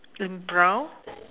in brown